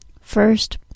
First